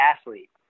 athlete